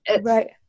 Right